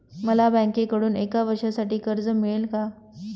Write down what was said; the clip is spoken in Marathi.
मला बँकेकडून एका वर्षासाठी कर्ज मिळेल का?